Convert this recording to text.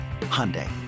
Hyundai